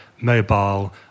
mobile